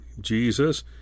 Jesus